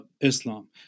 Islam